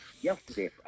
yesterday